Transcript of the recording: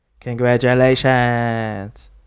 Congratulations